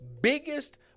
biggest